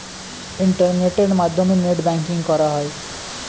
ইন্টারনেটের মাধ্যমে net banking করা হয়